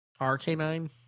RK9